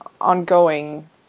ongoing